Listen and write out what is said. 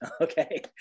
Okay